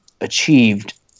achieved